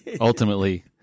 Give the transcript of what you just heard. Ultimately